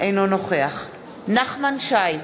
אינו נוכח נחמן שי,